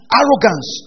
arrogance